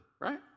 right